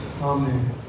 Amen